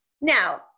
Now